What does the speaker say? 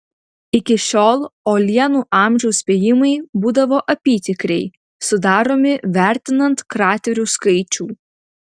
iki šiol uolienų amžiaus spėjimai būdavo apytikriai sudaromi vertinant kraterių skaičių